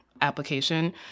application